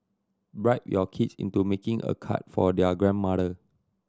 bribe your kids into making a card for their grandmother